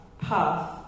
path